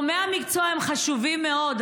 גורמי המקצוע הם חשובים מאוד,